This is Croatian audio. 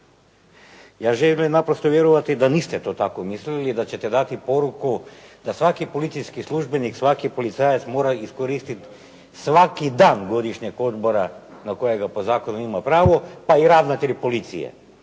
Ja želim naprosto vjerovati da niste to tako mislili i da ćete dati poruku da svaki policijski službenik, svaki policajac mora iskoristiti svaki dan godišnjeg odmora na kojega po zakonu ima pravo, pa i ravnatelji policije.